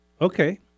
Okay